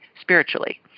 spiritually